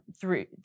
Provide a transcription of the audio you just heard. three